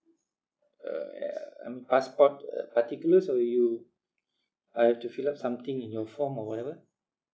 uh eh uh um passport uh particulars or you I have to fill up something in your form or whatever